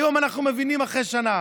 היום אנחנו מבינים, אחרי שנה,